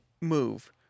move